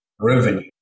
revenue